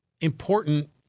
important